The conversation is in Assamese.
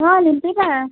অঁ লিম্পিকা